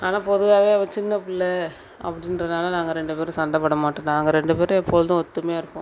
ஆனால் பொதுவாகவே அவள் சின்ன பிள்ள அப்படின்றனால நாங்கள் ரெண்டு பேரும் சண்டை போட மாட்டோம் நாங்கள் ரெண்டு பேரும் எப்பொழுதும் ஒத்துமையாக இருப்போம்